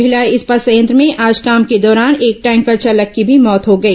भिलाई इस्पात संयंत्र में आज काम के दौरान एक टैंकर चालक की मौत हो गई